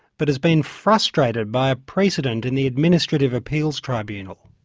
but has been frustrated by a precedent in the administrative appeals tribunal.